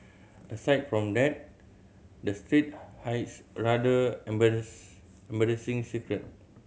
aside from that the street hides a rather embarrass embarrassing secret